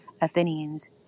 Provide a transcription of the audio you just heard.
Athenians